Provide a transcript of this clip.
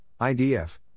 IDF